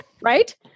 right